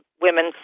women